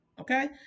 Okay